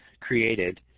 created